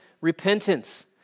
repentance